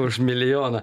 už milijoną